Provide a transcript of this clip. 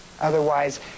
Otherwise